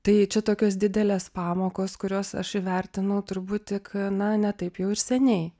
tai čia tokios didelės pamokos kurios aš įvertinau turbūt tik na ne taip jau ir seniai